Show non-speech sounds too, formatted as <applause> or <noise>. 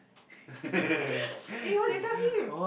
<laughs> eh what did you tell him